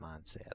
mindset